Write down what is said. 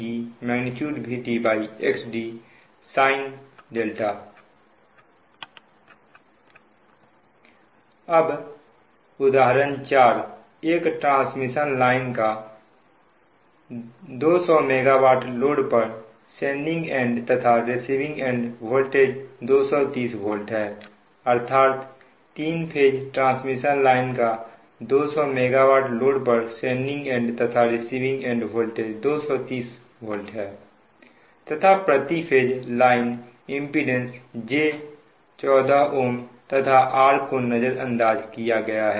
xd sin अब उदाहरण 4 एक ट्रांसमिशन लाइन का 200 MW लोड पर सेंडिंग एंड तथा रिसिविंग एंड वोल्टेज 230V है अर्थात 3 फेज ट्रांसमिशन लाइन का 200 MW लोड पर सेंडिंग एंड तथा रिसिविंग एंड वोल्टेज 230V है तथा प्रति फेज लाइन इंपीडेंस j14Ω है तथा r को नजरअंदाज किया गया है